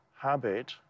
habit